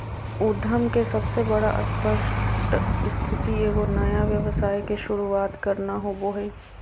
उद्यम के सबसे बड़ा स्पष्ट स्थिति एगो नया व्यवसाय के शुरूआत करना होबो हइ